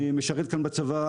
אני משרת כאן בצבא,